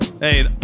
Hey